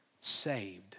saved